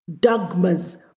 Dogmas